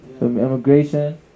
Immigration